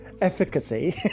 Efficacy